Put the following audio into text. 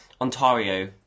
Ontario